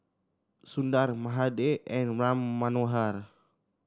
Sundar Mahade and Ram Manohar